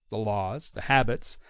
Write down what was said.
the laws, the habits,